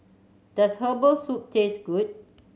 does herbal soup taste good